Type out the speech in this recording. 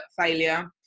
failure